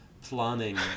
planning